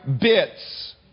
bits